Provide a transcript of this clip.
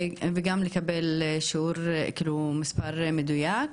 וגם לקבל מספר מדויק,